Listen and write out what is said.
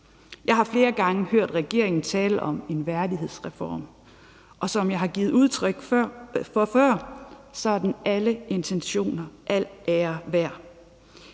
Jeg har flere gange hørt regeringen tale om en værdighedsreform, og som jeg har givet udtryk for før, er de intentioner al ære værd.